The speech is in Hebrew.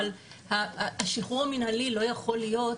אבל השחרור המינהלי לא יכול להיות